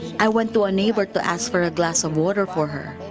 i went to a neighbor to ask for a glass of water for her.